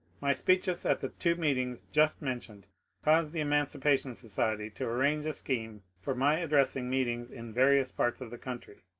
my speeches at the two meetings just mentioned caused the emancipation society to arrange a scheme for my addressing meetings in various parts of the country.